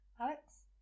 Alex